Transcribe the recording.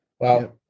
Wow